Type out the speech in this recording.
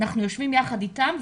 אנחנו יושבים יחד איתם,